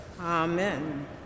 Amen